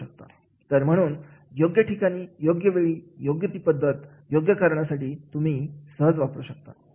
तर म्हणून योग्य ठिकाणी योग्य वेळी योग्य ती पद्धत योग्य कारणासाठी तुम्ही सहज वापरू शकता